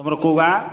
ତୁମର କେଉଁ ଗାଁ